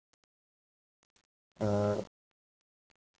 uh